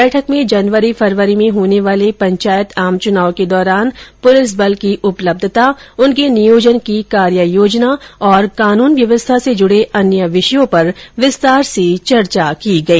बैठक में जनवर्री फरवरी में होने वाले पंचायत आम चुनाव के दौरान पूलिस बल की उपलब्धता उनके नियोजन की कार्ययोजना और कानून व्यवस्था से जुड़े अन्य विषयों पर विस्तार से चर्चा की गई